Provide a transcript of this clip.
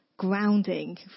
grounding